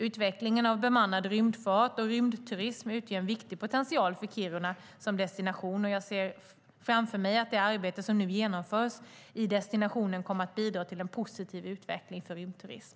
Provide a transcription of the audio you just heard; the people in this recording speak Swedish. Utvecklingen av bemannad rymdfart och rymdturism utgör en viktig potential för Kiruna som destination, och jag ser framför mig att det arbete som nu genomförs i destinationen kommer att bidra till en positiv utveckling för rymdturism.